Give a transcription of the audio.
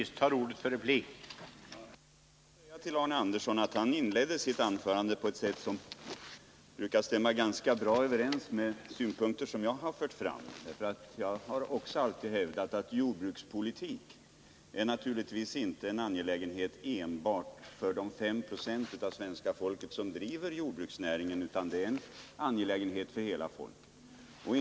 Herr talman! Jag vill säga till Arne Andersson i Ljung att han inledde sitt anförande på ett sätt som stämmer ganska väl överens med de synpunkter som jag ofta har fört fram. Också jag har alltid hävdat att jordbrukspolitik naturligtvis inte är en angelägenhet för enbart de 5 96 av svenska folket som driver jordbruksnäringen, utan det är en angelägenhet för hela folket.